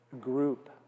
group